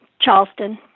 Charleston